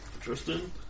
Tristan